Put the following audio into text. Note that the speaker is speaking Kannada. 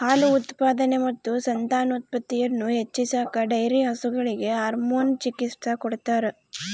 ಹಾಲು ಉತ್ಪಾದನೆ ಮತ್ತು ಸಂತಾನೋತ್ಪತ್ತಿಯನ್ನು ಹೆಚ್ಚಿಸಾಕ ಡೈರಿ ಹಸುಗಳಿಗೆ ಹಾರ್ಮೋನ್ ಚಿಕಿತ್ಸ ಕೊಡ್ತಾರ